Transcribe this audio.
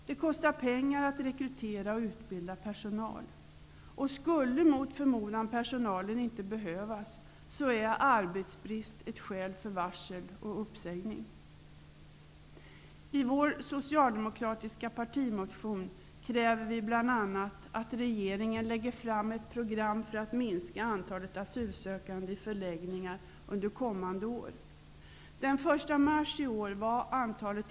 Det kostar pengar att rekrytera och utbilda personal. Skulle mot förmodan personalen inte behövas, är arbetsbrist ett skäl för varsel och uppsägning. I vår partimotion kräver vi socialdemokrater bl.a.